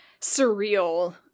surreal